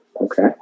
Okay